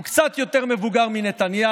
הוא קצת יותר מבוגר מנתניהו,